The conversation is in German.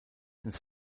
ins